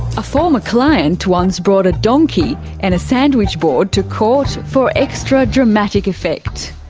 a former client once brought a donkey and a sandwich board to court for extra dramatic effect.